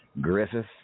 Griffith